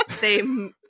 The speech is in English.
they-